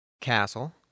Castle